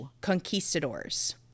conquistadors